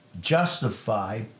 justify